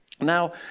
Now